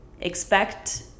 expect